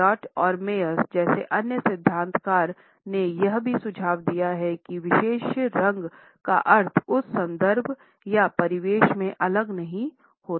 Elliot और Maier जैसे अन्य सिद्धांतकार ने यह भी सुझाव दिया है कि किसी विशेष रंग का अर्थ उस संदर्भ या परिवेश से अलग नहीं होता